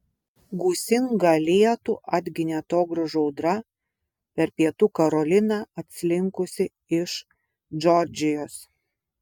gūsingą lietų atginė atogrąžų audra per pietų karoliną atslinkusi iš džordžijos